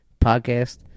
podcast